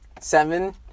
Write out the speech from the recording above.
Seven